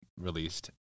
released